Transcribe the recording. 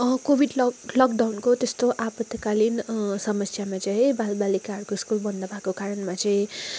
covid lock लकडाउनको त्यस्तो आपत्कालीन समस्यामा चाहिँ बालबालिकाहरूको स्कुल बन्द भएको कारणमा चाहिँ